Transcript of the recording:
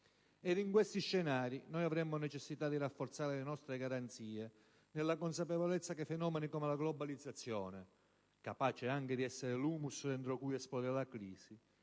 Ed in questi scenari avremmo necessità di rafforzare le nostre garanzie nella consapevolezza che fenomeni come la globalizzazione - capace anche di essere l'*humus* dentro cui esplode la crisi